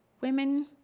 Women